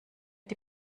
die